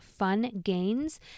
FUNGAINS